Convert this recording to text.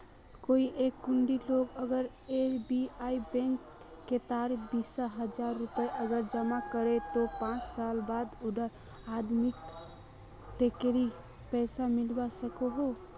कोई एक कुंडा लोग अगर एस.बी.आई बैंक कतेक बीस हजार रुपया अगर जमा करो ते पाँच साल बाद उडा आदमीक कतेरी पैसा मिलवा सकोहो?